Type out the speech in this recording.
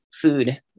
food